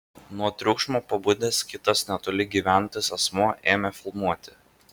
nuo triukšmo pabudęs kitas netoli gyvenantis asmuo ėmė filmuoti